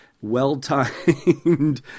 well-timed